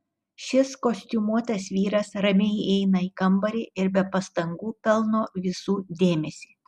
šis kostiumuotas vyras ramiai įeina į kambarį ir be pastangų pelno visų dėmesį